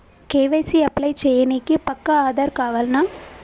KYC apply చేయనీకి పక్కా ఆధార్ కావాల్నా?